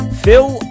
Phil